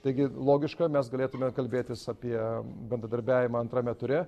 taigi logiška mes galėtumėme kalbėtis apie bendradarbiavimą antrame ture